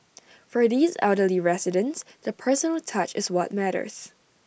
for these elderly residents the personal touch is what matters